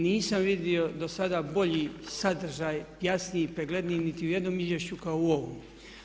Nisam vidio dosada bolji sadržaj, jasniji i pregledniji niti u jednom izvješću kao u ovom.